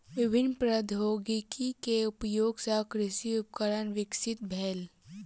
विभिन्न प्रौद्योगिकी के उपयोग सॅ कृषि उपकरण विकसित भेल